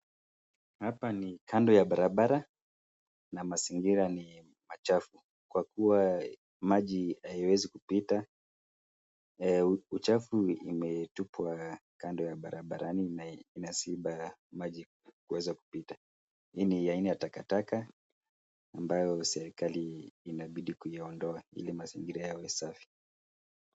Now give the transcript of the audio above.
Hapa ni kando ya barabara na mazingira ni machafu kwa kuwa maji haiwezi kupita. Uchafu imetupwa kando ya barabarani na inaziba maji kuweza kupita. Hii ni aina ya takataka ambayo serikali inabidi kuindoa ili mazingira ya usafi.